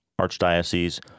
archdiocese